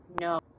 no